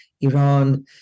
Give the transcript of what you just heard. Iran